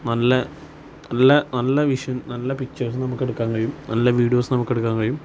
നല്ല നല്ല നല്ല വിഷന് നല്ല പിച്ചേഴ്സ്സ് നമുക്കെടുക്കാന് കഴിയും നല്ല വീഡിയോസ് നമുക്കെടുക്കാന് കഴിയും